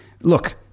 Look